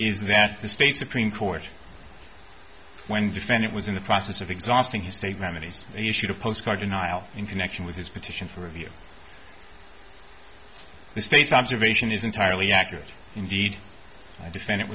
is that the state supreme court when defendant was in the process of exhausting his state memories issued a postcard denial in connection with his petition for review the state's observation is entirely accurate indeed i defend it